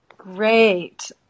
Great